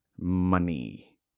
money